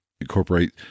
incorporate